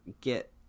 get